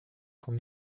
son